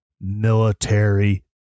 military